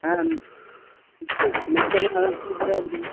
ஆ mixture மிச்சர்ல்லாம் நல்லா சூப்பராக இருக்கும்